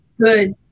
Good